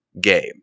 game